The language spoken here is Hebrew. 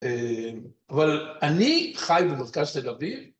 אבל אני חי במרכז תל אביב.